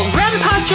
Grandpa